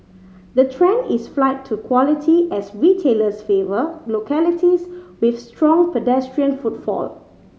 the trend is flight to quality as retailers favour localities with strong pedestrian footfall